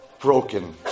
broken